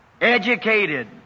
educated